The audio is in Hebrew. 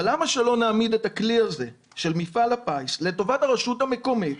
אבל למה שלא נעמיד את הכלי הזה של מפעל הפיס לטובת הרשות המקומית,